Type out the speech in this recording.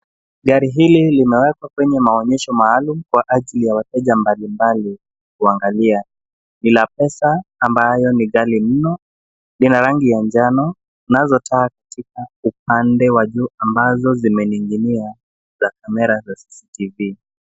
Gari hili limewekwa kwenye maonyesho maalum kwa ajili ya wateja mbalimbali kuangalia, ni la pesa ambayo ni ghali mno, ni la rangi ya njano, nazo taa katika upande wa juu ambazo zimening'ia ni za kamera za cctv .